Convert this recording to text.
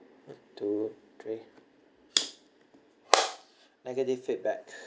two three negative feedback